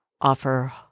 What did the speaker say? offer